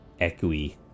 echoey